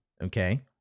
Okay